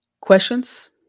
Questions